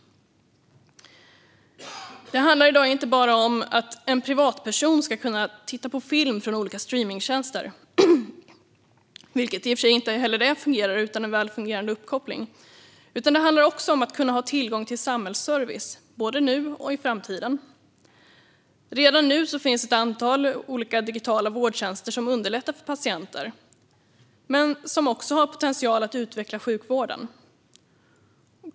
Det handlar i dag inte bara om att en privatperson ska kunna titta på film från olika streamingtjänster - vilket i och för sig inte heller fungerar utan en väl fungerande uppkoppling - utan också om att kunna ha tillgång till samhällsservice, både nu och i framtiden. Redan nu finns ett antal olika digitala vårdtjänster som underlättar för patienter och som också har potential att utveckla sjukvården.